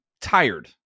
tired